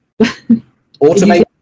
Automate